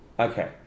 Okay